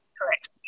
correct